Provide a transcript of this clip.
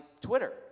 Twitter